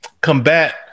combat